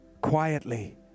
quietly